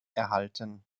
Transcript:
erhalten